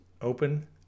open